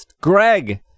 Greg